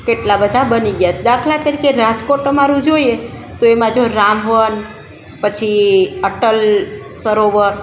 કેટલા બધા બની ગયાં છે દાખલા તરીકે રાજકોટ અમારું જોઈએ તો એમાં જો રામવન પછી અટલ સરોવર